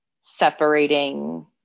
separating